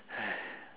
!aiya!